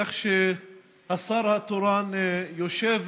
איך שהשר התורן יושב